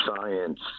science